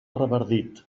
revardit